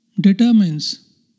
determines